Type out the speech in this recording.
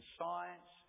science